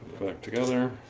together,